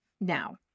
Now